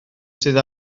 sydd